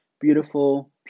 beautiful